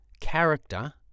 character